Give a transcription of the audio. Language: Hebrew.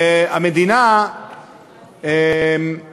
והנה היום, לצערי,